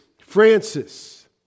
Francis